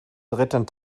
dritten